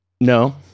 No